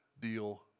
deal